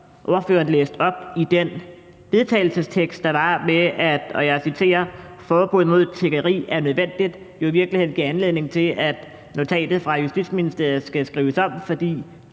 ordføreren læste op i den vedtagelsestekst, der var – og jeg citerer – altså at »et forbud mod tiggeri er nødvendigt«, giver anledning til, at notatet fra Justitsministeriet skal skrives om. For